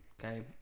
Okay